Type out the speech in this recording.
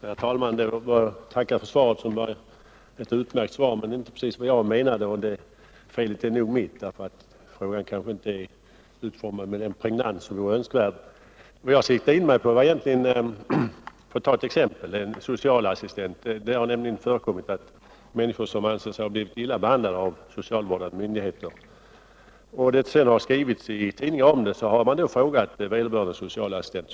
Herr talman! Jag får tacka för det utmärkta svaret, även om det inte var precis det svar jag väntat på. Felet är nog mitt. Frågan var kanske inte utformad med den pregnans som varit önskvärd. Jag kan ta exemplet med en socialassistent. Det har förekommit att när människor ansett sig ha blivit illa behandlade av socialvårdande myndigheter och det sedan skrivits i tidningarna om fallet så har man hört sig för hos vederbörande socialassistent.